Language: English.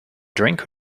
drink